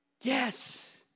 Yes